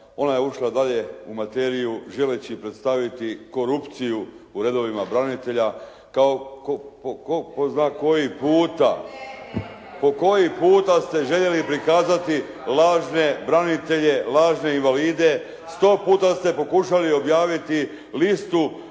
Ona je ušla dalje u materiju želeći predstaviti korupciju u redovima branitelja po tko zna koji puta …… /Upadica: Ne, ne, ne./ … po koji puta ste željeli prikazati lažne branitelje, lažne invalide. 100 puta ste pokušali objaviti listu